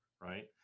Right